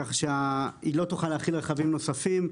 כך שהוא לא יוכל להכיל רכבים נוספים.